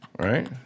Right